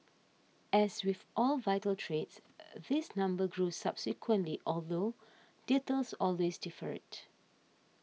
as with all vital trades this number grew subsequently although details always differed